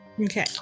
Okay